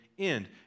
end